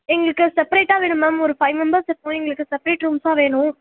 எங்களுக்கு செப்பரேட்டாக வேணும் மேம் ஒரு ஃபைவ் மெம்பர்ஸ் இருக்கோம் எங்களுக்கு செப்பரேட் ரூம்ஸாக வேணும்